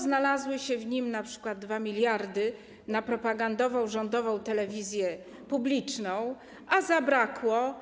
Znalazły się w nim np. 2 mld na propagandową rządową telewizję publiczną, a zabrakło